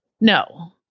No